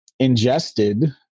ingested